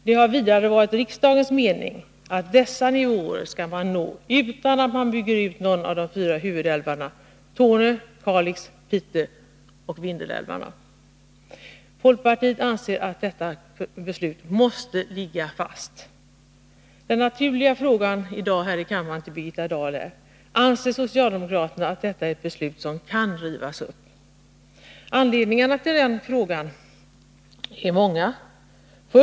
Det har vidare varit riksdagens mening att vissa nivåer skulle nås utan att man bygger ut någon av de fyra huvudälvarna, Torne älv, Kalix älv, Pite älv och Vindelälven. Folkpartiet anser att detta beslut måste ligga fast! Den naturliga frågan i dag till Birgitta Dahl är: Anser socialdemokraterna att detta är ett beslut som kan rivas upp? Anledningarna till frågan är många.